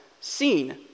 seen